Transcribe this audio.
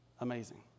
Amazing